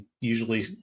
usually